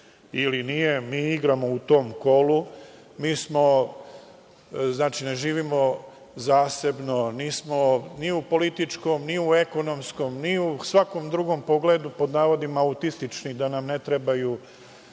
ili ne, mi igramo i tom kolu. Ne živimo zasebno, nismo ni u političkom, ni u ekonomskom, ni u svakom drugom pogledu pod navodima autistični, da nam ne treba